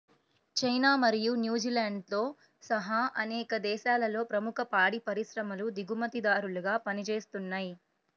China మరియు న్యూజిలాండ్తో సహా అనేక దేశాలలో ప్రముఖ పాడి పరిశ్రమలు దిగుమతిదారులుగా పనిచేస్తున్నయ్